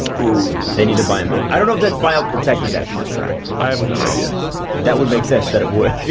ooh. they need to buy him out. i don't know if that's buyout protected, that contract. i have no idea that would make sense, that it would. g d